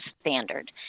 standard